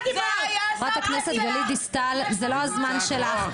חברת הכנסת גלית דיסטל, זה לא הזמן שלך.